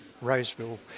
Roseville